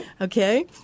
Okay